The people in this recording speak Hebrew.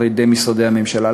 על-ידי משרדי הממשלה.